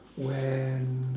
when